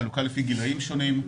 בחלוקה גילאים שונים.